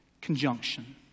conjunction